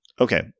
Okay